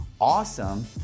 awesome